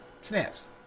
snaps